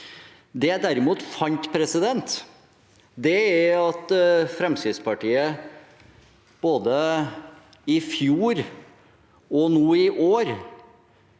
Det jeg derimot fant, er at Fremskrittspartiet både i fjor og nå i år